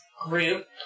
group